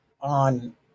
on